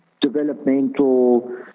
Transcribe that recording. developmental